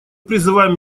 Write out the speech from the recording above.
призываем